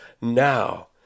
now